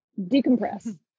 decompress